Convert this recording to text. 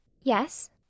Yes